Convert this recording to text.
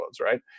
right